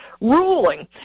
ruling